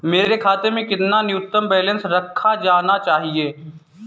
मेरे खाते में कितना न्यूनतम बैलेंस रखा जाना चाहिए?